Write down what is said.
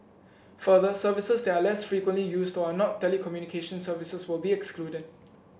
further services that are less frequently used or are not telecommunication services will be excluded